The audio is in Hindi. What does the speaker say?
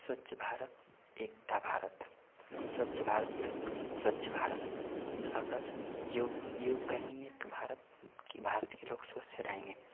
स्वच्छ भारत एक का भारत है स्वच्छ भारत स्वच्छ भारत है अगर यो योग करेंगे तो भारत के भारत के लोग स्वस्थ रहेंगे